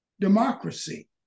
democracy